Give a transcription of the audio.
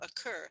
occur